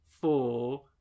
four